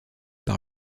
par